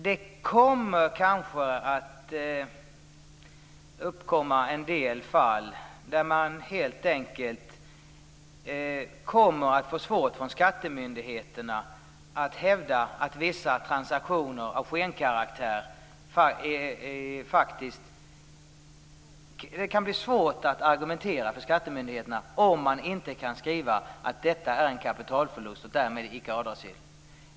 Det kommer kanske att uppkomma en del fall där skattemyndigheterna helt enkelt kommer att få svårigheter, vid vissa transaktioner av skenkaraktär. Det kan bli svårt för skattemyndigheterna att argumentera, om man inte kan skriva att det är en kapitalförlust som därmed icke är avdragsgill.